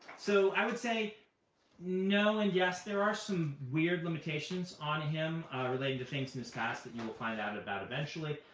so i would say no and yes. there are some weird limitations on him relating to things in his past that you will find out about eventually.